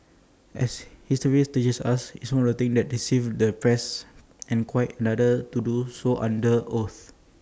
as history teaches us IT is one thing to deceive the press and quite another to do so under oath